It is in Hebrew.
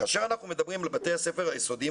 כאשר אנחנו מדברים על בתי הספר היסודיים